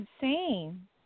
insane